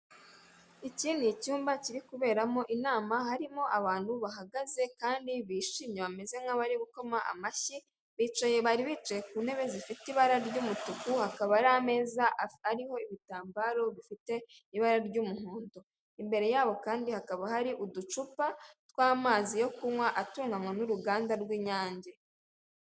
Iki ni icyumba kiri kuberamo inama harimo abantu bahagaze kandi bishimye bameze nk'abari gukoma amashyi bicaye bari bicaye ku ntebe zifite ibara ry'umutuku hakaba ari ameza ariho ibitambaro bifite ibara ry'umuhondo imbere yabo kandi hakaba hari uducupaw'amazi yo kunywa atunganywa n'uruganda rw'inyange.